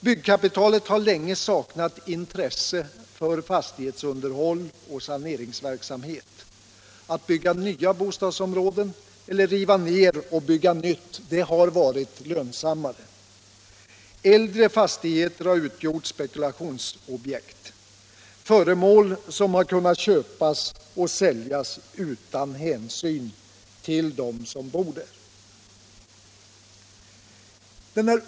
Byggkapitalet har länge saknat intresse för fastighetsunderhåll och saneringsverksamhet. Att bygga nya bostadsområden eller riva ner och bygga nytt har varit lönsammare. Äldre fastigheter har utgjort spekulationsobjekt — föremål som kunnat köpas och säljas utan hänsyn till dem som bor där.